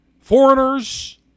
foreigners